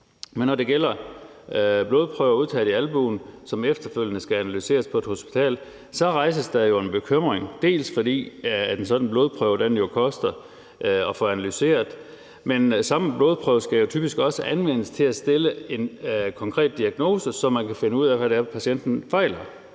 Men når det gælder blodprøver udtaget i albuen, som efterfølgende skal analyseres på et hospital, rejses der en bekymring, dels fordi en sådan blodprøve jo koster noget at få analyseret, dels fordi samme blodprøve typisk også skal anvendes til at stille en konkret diagnose, så man kan finde ud af, hvad patienten fejler.